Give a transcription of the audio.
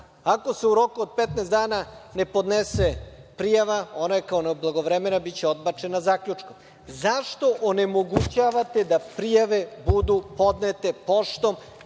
Ako se u roku od 15 dana ne podnese prijava ona kao neblagovremena biće odbačena zaključkom. Zašto onemogućavate da prijave budu podnete poštom